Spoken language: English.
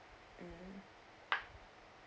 mm